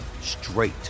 straight